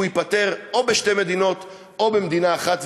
הוא ייפתר או בשתי מדינות או במדינה אחת,